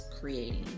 creating